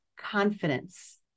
confidence